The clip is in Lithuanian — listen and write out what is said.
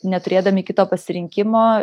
neturėdami kito pasirinkimo